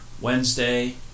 Wednesday